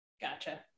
Gotcha